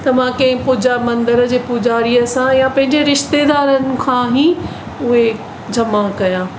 त मां कंहिं पूजा मंदर जे पूजारीअ सां या पंहिंजे रिश्तेदारनि खां ई उहे जमा कया